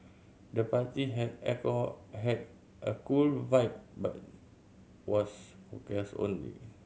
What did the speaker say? the party had alcohol had a cool vibe but was for guest only